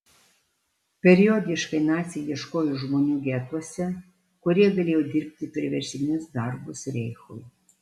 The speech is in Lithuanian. periodiškai naciai ieškojo žmonių getuose kurie galėjo dirbti priverstinius darbus reichui